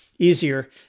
easier